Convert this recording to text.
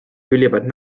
ülimalt